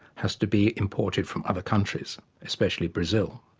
has to be imported from other countries, especially brazil.